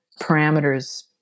parameters